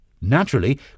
Naturally